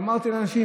אמרתי לאנשים,